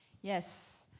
yes,